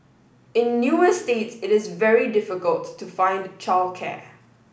in new estates it is very difficult to find childcare